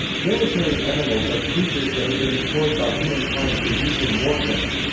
military animals are creatures that have been employed by humankind for use in warfare.